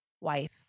wife